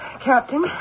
Captain